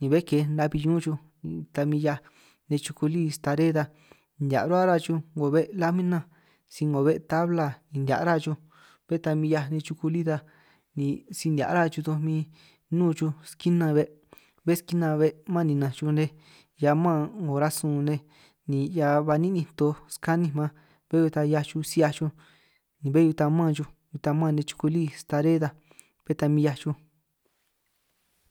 ni bé ke nabi ñún xuj ta min 'hiaj chuku lí stare ta, nihia' ruhua ruhua xuj 'ngo be' lamina si 'ngo be' tabla nihia' ra xuj bé ta min 'hiaj nej xuku lí ta, si nihia' ruhua xuj toj min nnun xuj skina be' bé skina be' man ninanj xuj nej hia man 'ngo rasun nej, ni 'hia ba ni'ninj toj skaninj man bé ta 'hiaj xuj si'hiaj xuj ni bé hiuj ta man xuj, ta mán nej chuku lí staré ta bé ta min 'hiaj xuj.